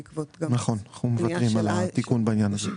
התקיימו מספר שיחות עם השר בנושא במהלך החודש האחרון.